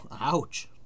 Ouch